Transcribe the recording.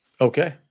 Okay